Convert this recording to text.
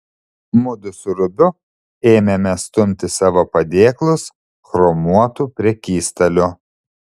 mudu su rubiu ėmėme stumti savo padėklus chromuotu prekystaliu